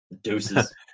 deuces